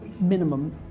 minimum